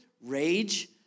rage